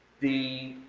the